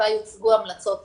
בה יוצגו המלצות הדוח.